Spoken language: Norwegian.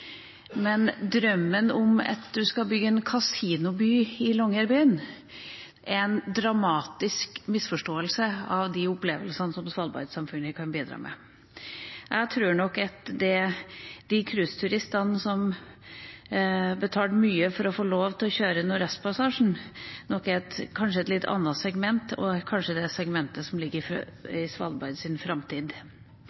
men drømmen om å bygge en casinoby i Longyearbyen er en dramatisk misforståelse av de opplevelsene som Svalbard-samfunnet kan bidra med. Jeg tror nok at de cruiseturistene som betalte mye for å få lov til å kjøre Nordvestpassasjen, er et litt annet segment, kanskje det segmentet som ligger i Svalbards framtid. Så har vi blitt kritisert fra